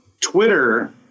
Twitter